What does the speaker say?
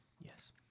Yes